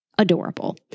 Adorable